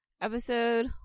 Episode